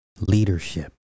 leadership